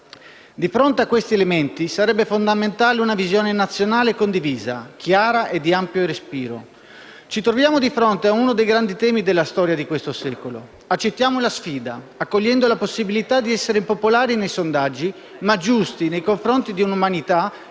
Di fronte a questi elementi, sarebbe fondamentale una visione nazionale e condivisa, chiara e di ampio respiro. Ci troviamo di fronte ad uno dei grandi temi della storia di questo secolo: accettiamo la sfida, accogliendo la possibilità di essere impopolari nei sondaggi ma giusti nei confronti di un'umanità che